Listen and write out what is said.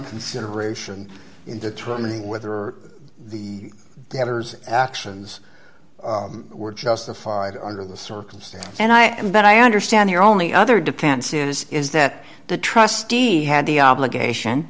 consideration in determining whether or the debtors actions were justified under the circumstances and i am but i understand your only other defenses is that the trustee had the obligation